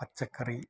പച്ചക്കറി